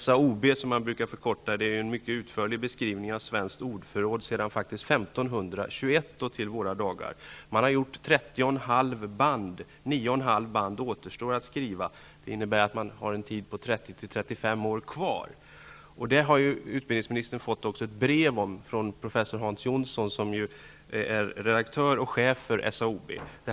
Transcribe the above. SAOB, som den brukar kallas, är ju en mycket utförlig beskrivning av svenskt ordförråd sedan 1521 fram till våra dagar. Trettio och ett halvt band är färdiga. Nio och ett halvt band återstår att skriva. Det innebär att man har en tid på 30--35 år kvar. Utbildningsministern har också fått ett brev om detta från professor Hans Jonsson, som är redaktör och chef för SAOB.